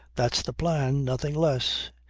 that's the plan nothing less.